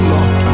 Lord